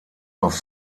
auf